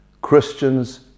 Christians